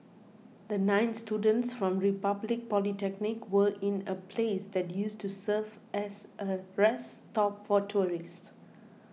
the nine students from Republic Polytechnic were in a place that used to serve as a rest stop for tourists